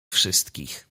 wszystkich